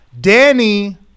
Danny